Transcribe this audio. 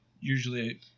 usually